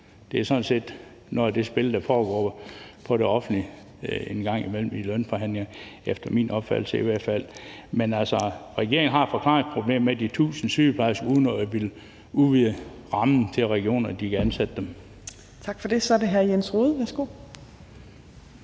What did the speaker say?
Det er sådan set noget af det spil, der foregår i det offentlige engang imellem i lønforhandlinger, efter min opfattelse i hvert fald. Men regeringen har et forklaringsproblem med de 1.000 sygeplejersker, uden at man vil udvide rammen til regionerne, altså i forhold til at de kan ansætte dem.